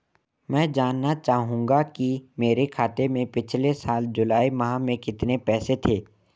मैं जानना चाहूंगा कि मेरे खाते में पिछले साल जुलाई माह में कितने पैसे थे?